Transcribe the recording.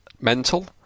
Mental